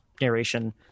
narration